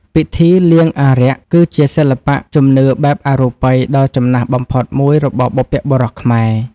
ពិធីលៀងអារក្ស គឺជាសិល្បៈជំនឿបែបអរូបិយដ៏ចំណាស់បំផុតមួយរបស់បុព្វបុរសខ្មែរ។